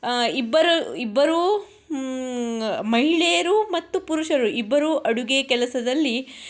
ಇಬ್ಬರು ಇಬ್ಬರೂ ಮಹಿಳೆಯರೂ ಮತ್ತು ಪುರುಷರು ಇಬ್ಬರೂ ಅಡುಗೆ ಕೆಲಸದಲ್ಲಿ